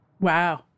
Wow